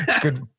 Good